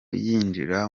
yinjira